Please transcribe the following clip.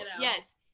Yes